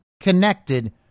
connected